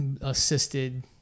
assisted